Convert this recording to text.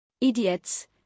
Idiots